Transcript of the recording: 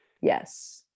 Yes